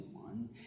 one